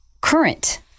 current